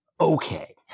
okay